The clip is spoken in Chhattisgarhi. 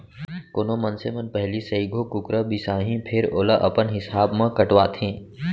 कोनो मनसे मन पहिली सइघो कुकरा बिसाहीं फेर ओला अपन हिसाब म कटवाथें